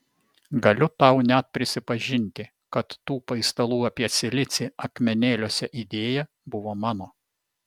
galiu tau net prisipažinti kad tų paistalų apie silicį akmenėliuose idėja buvo mano